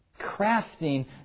crafting